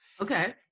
Okay